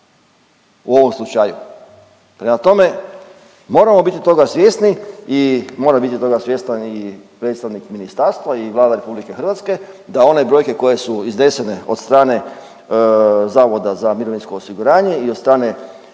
u ovom slučaju. Prema tome, moramo biti toga svjesni i mora biti toga svjestan i predstavnik ministarstva i Vlada RH da one brojke koje su iznesene od strane Zavoda za mirovinsko osiguranje i od strane